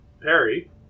Perry